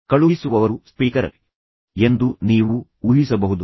ಕಳುಹಿಸುವವರು ಸ್ಪೀಕರ್ ಎಂದು ನೀವು ಊಹಿಸಬಹುದು